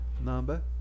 number